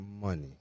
money